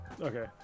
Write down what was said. Okay